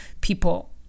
people